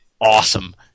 awesome